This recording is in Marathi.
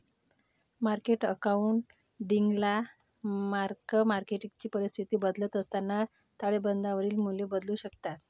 मार्केट अकाउंटिंगला मार्क मार्केटची परिस्थिती बदलत असताना ताळेबंदावरील मूल्ये बदलू शकतात